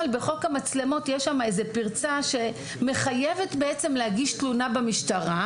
בחוק המצלמות למשל יש איזו פרצה שמחייבת להגיש תלונה במשטרה,